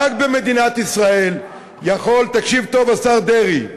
רק במדינת ישראל, תקשיב טוב, השר דרעי,